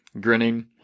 grinning